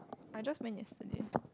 I just went yesterday